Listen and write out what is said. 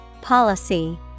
Policy